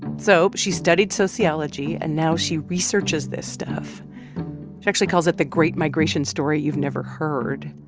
so she studied sociology, and now she researches this stuff. she actually calls it the great migration story you've never heard.